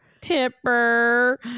Tipper